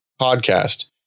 podcast